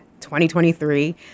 2023